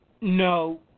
No